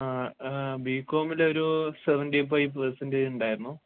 ആ ബികോമിലൊരു സെവന്റിഫൈവ് പെർസെന്റജുണ്ടായിരുന്നു